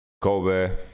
Kobe